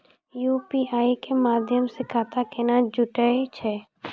UPI के माध्यम से खाता केना जुटैय छै?